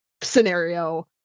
scenario